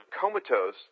comatose